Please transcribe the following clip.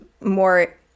more